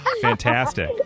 Fantastic